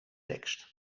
tekst